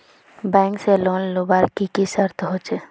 Bank से loan लुबार की की शर्त होचए?